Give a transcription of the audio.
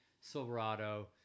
Silverado